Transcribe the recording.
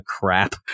crap